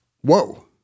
Whoa